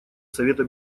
совета